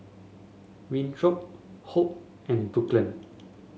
Winthrop Hope and Brooklyn